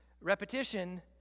repetition